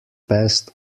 best